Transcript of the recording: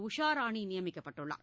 உஷாராணி நியமிக்கப்பட்டுள்ளார்